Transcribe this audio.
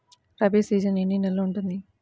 Rabi season ఎన్ని నెలలు ఉంటుంది?